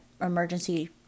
emergency